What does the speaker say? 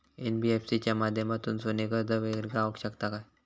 NBFC च्या माध्यमातून सोने कर्ज वगैरे गावात शकता काय?